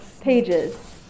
pages